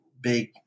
big